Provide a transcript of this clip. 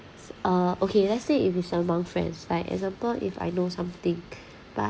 uh okay let's say if you stand among friends like example if I know something but